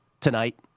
tonight